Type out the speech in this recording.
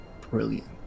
brilliant